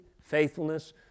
faithfulness